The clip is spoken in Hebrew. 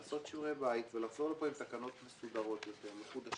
לעשות שיעורי בית ולחזור לכאן עם תקנות מסודרות יותר ומחודשות